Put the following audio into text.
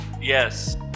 Yes